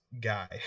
guy